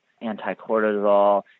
anti-cortisol